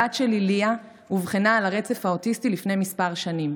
הבת שלי ליה אובחנה על הרצף האוטיסטי לפני כמה שנים.